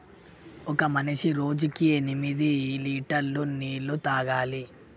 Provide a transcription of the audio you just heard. ఒక మనిషి రోజుకి ఎనిమిది లీటర్ల నీళ్లు తాగాలి